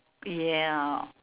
ya